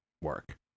work